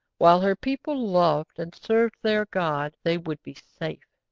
while her people loved and served their god they would be safe.